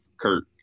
Kurt